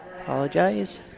apologize